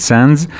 Sands